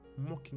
mocking